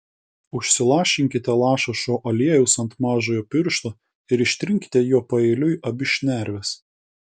užsilašinkite lašą šio aliejaus ant mažojo piršto ir ištrinkite juo paeiliui abi šnerves